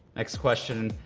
next question.